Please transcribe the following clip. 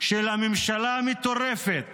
של הממשלה המטורפת